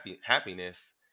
happiness